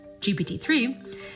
GPT-3